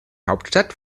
hauptstadt